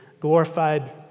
glorified